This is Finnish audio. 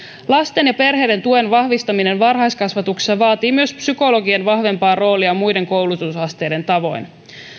lasten ja perheiden tuen vahvistaminen varhaiskasvatuksessa vaatii myös psykologien vahvempaa roolia muiden koulutusasteiden tavoin